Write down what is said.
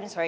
just